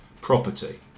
property